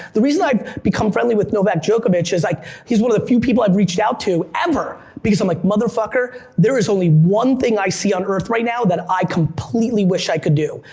the reason i've become friendly with novak djokovic is i, like he's one of the few people i've reached out to ever, because i'm like, motherfucker, there is only one thing i see on earth right now that i completely wish i could do,